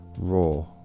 Raw